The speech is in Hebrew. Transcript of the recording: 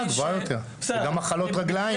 מחלות רגליים.